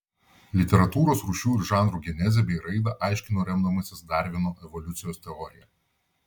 literatūros rūšių ir žanrų genezę bei raidą aiškino remdamasis darvino evoliucijos teorija